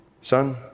Son